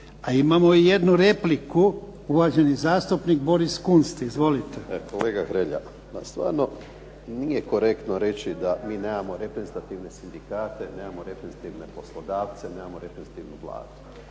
A imamo i jednu repliku, uvaženi zastupnik Boris Kunst. Izvolite. **Kunst, Boris (HDZ)** Kolega Hrelja pa stvarno nije korektno reći da mi nemamo reprezentativne sindikate nemamo reprezentativne poslodavce, nemamo reprezentativnu ...